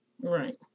right